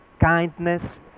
kindness